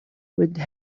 would